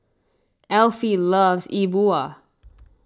Elfie loves E Bua